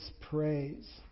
praise